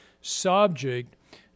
subject